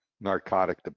narcotic